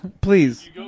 please